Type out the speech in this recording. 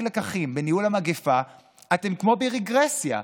לקחים בניהול המגפה אתם כמו ברגרסיה?